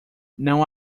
não